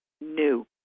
new